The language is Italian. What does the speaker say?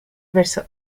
verso